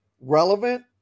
relevant